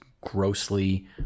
grossly